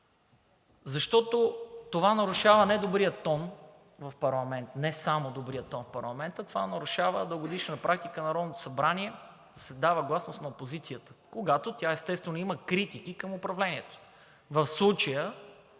защото това нарушава не само добрия тон в парламента, това нарушава дългогодишна практика на Народното събрание – да се дава гласност на опозицията, когато тя, естествено, има критики към управлението,